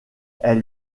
elle